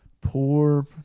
poor